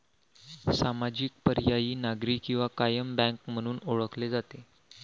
सामाजिक, पर्यायी, नागरी किंवा कायम बँक म्हणून ओळखले जाते